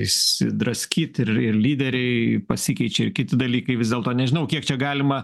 išsidraskyt ir ir lyderiai pasikeičia ir kiti dalykai vis dėlto nežinau kiek čia galima